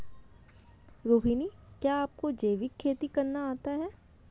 रोहिणी, क्या आपको जैविक खेती करना आता है?